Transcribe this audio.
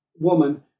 woman